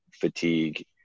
fatigue